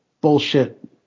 bullshit